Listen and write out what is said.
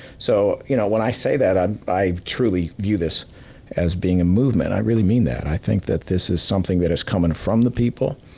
so you know when i say that, i i truly view this as being a movement. i really mean that. i think that this is something that is coming from the people,